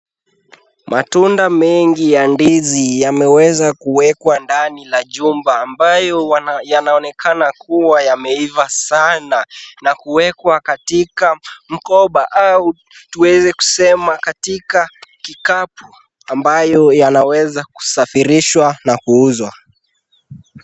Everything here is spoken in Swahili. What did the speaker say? Matunda mengi ya ndizi yameweza kuwekwa ndani la jumba ambayo yanaonekana kuwa yameiva sana na kuwekwa katika mkoba au tuweze kusema katika kikapu ambayo yanaweza kusafirishwa na kuuzwa.